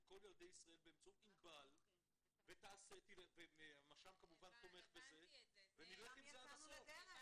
כל ילדי ישראל באמצעות ענבל ושם כמובן- -- ונלך עם זה עד הסוף.